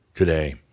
today